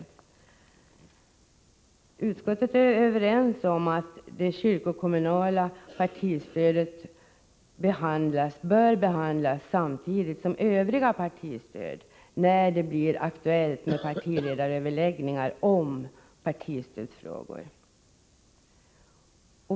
Vi är inom utskottet överens om att det kyrkokommunala partistödet bör behandlas samtidigt som övriga partistöd, när det blir aktuellt med partiledaröverläggningar om partistödsfrågor.